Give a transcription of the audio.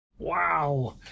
wow